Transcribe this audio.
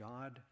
God